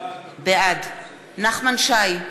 בעד נחמן שי,